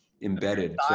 embedded